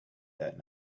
that